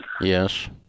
Yes